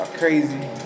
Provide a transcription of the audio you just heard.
Crazy